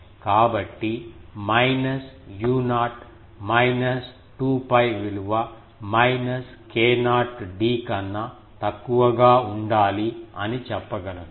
కాబట్టి minus u0 minus 2 𝜋 విలువ minus k0 d కన్నా తక్కువగా ఉండాలి అని చెప్పగలను